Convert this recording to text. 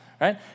right